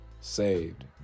saved